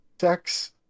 sex